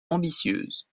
ambitieuses